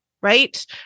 right